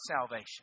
salvation